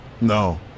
No